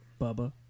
Bubba